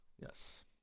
Yes